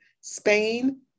Spain